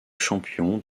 champion